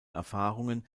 erfahrungen